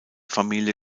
familie